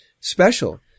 special